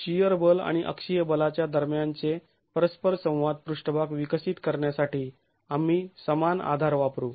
shear बल आणि अक्षीय बलाच्या दरम्यान चे परस्पर संवाद पृष्ठभाग विकसित करण्यासाठी आम्ही समान आधार वापरू